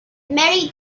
married